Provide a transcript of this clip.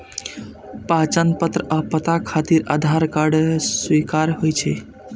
पहचान पत्र आ पता खातिर आधार कार्ड स्वीकार्य होइ छै